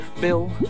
Bill